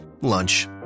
Lunch